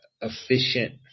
efficient